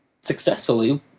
successfully